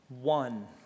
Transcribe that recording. one